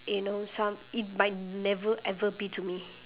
you know some it might never ever be to me